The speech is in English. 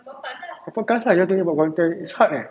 podcast lah you have to talk about content it's hard eh